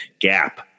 Gap